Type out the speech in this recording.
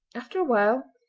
after a while,